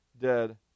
dead